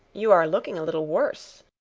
you are looking a little worse.